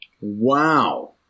Wow